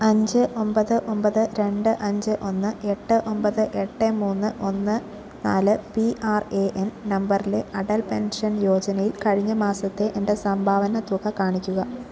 അഞ്ച് ഒബത് ഒബത് രണ്ട് അഞ്ച് ഒന്ന് ഏട്ട് ഒൻപത് മൂന്ന് ഒന്ന് നാല് പി ആർ എ ൻ നമ്പറിലെ അടൽ പെൻഷൻ യോജനയിൽ കഴിഞ്ഞ മാസത്തെ എൻ്റെ സംഭാവന തുക കാണിക്കുക